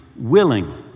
willing